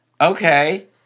Okay